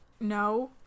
No